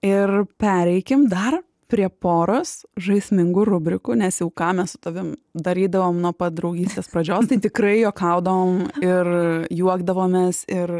ir pereikim dar prie poros žaismingų rubrikų nes jau ką mes tavim darydavom nuo pat draugystės pradžios tai tikrai juokaudavom ir juokdavomės ir